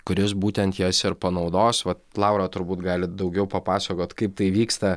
kuris būtent jas ir panaudos va laura turbūt gali daugiau papasakot kaip tai vyksta